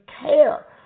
care